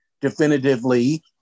definitively